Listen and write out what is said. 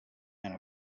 and